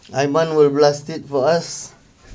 aiman will blast it for us